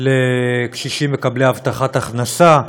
לקשישים מקבלי הבטחת הכנסה.